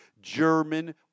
German